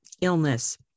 illness